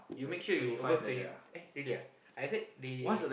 you make sure you above twenty eh really ah I heard they